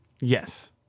yes